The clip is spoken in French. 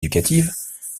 éducatives